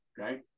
okay